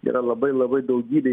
yra labai labai daugybė